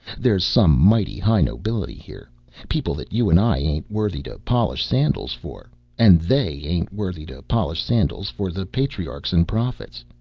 there's some mighty high nobility here people that you and i ain't worthy to polish sandals for and they ain't worthy to polish sandals for the patriarchs and prophets.